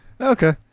Okay